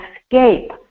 escape